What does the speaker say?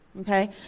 Okay